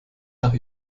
nach